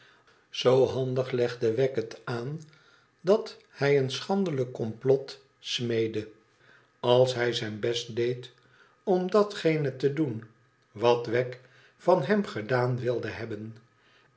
zoo handig legde wegg het aan dat hij een schandelijk komplot smeedde als hij zijn best deed om datgene te doen wat wegg van hem gedaan wilde hebben